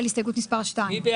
רוויזיה על הסתייגות מס' 10. מי בעד,